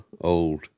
old